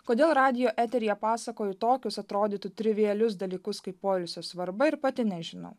kodėl radijo eteryje pasakoju tokius atrodytų trivialius dalykus kaip poilsio svarba ir pati nežinau